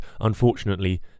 unfortunately